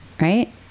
Right